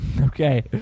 Okay